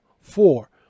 four